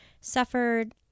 suffered